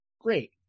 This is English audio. Great